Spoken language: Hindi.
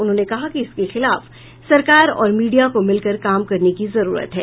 उन्होंने कहा है कि इसके खिलाफ सरकार और मीडिया को मिलकर काम करने की जरूरत है